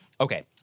Okay